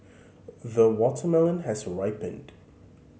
the watermelon has ripened